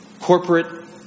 corporate